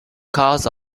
cause